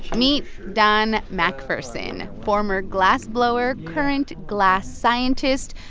meet don mcpherson, former glass blower, current glass scientist.